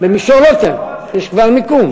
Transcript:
במישור רותם, יש כבר מקום.